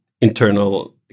internal